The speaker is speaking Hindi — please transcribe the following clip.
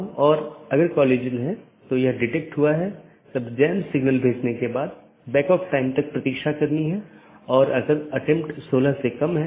इसलिए जब एक बार BGP राउटर को यह अपडेट मिल जाता है तो यह मूल रूप से सहकर्मी पर भेजने से पहले पथ विशेषताओं को अपडेट करता है